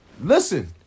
Listen